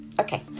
okay